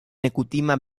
nekutima